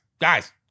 guys